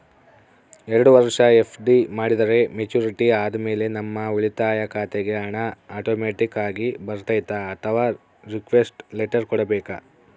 ಎರಡು ವರುಷ ಎಫ್.ಡಿ ಮಾಡಿದರೆ ಮೆಚ್ಯೂರಿಟಿ ಆದಮೇಲೆ ನಮ್ಮ ಉಳಿತಾಯ ಖಾತೆಗೆ ಹಣ ಆಟೋಮ್ಯಾಟಿಕ್ ಆಗಿ ಬರ್ತೈತಾ ಅಥವಾ ರಿಕ್ವೆಸ್ಟ್ ಲೆಟರ್ ಕೊಡಬೇಕಾ?